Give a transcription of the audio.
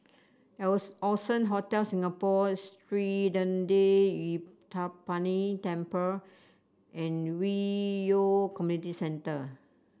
Allson Hotel Singapore Sri Thendayuthapani Temple and Hwi Yoh Community Centre